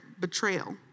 betrayal